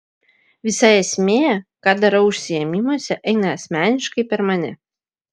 visa esmė ką darau užsiėmimuose eina asmeniškai per mane